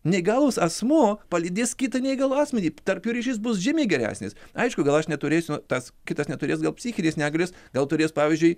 neįgalus asmuo palydės kitą neįgalų asmenį tarp jų ryšys bus žymiai geresnis aišku gal aš neturėsiu tas kitas neturės gal psichinės negalės gal turės pavyzdžiui